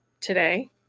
today